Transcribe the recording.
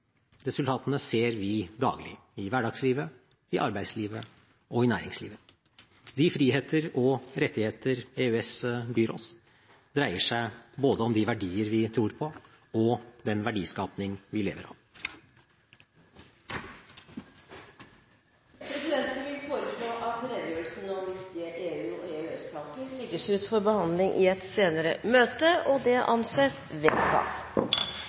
Resultatene ser vi daglig i hverdagslivet, i arbeidslivet og i næringslivet. De friheter og rettigheter EØS byr oss, dreier seg om både de verdier vi tror på, og den verdiskapning vi lever av. Presidenten vil foreslå at redegjørelsen om viktige EU- og EØS-saker legges ut for behandling i et senere møte. – Det anses vedtatt.